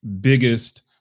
biggest